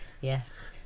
Yes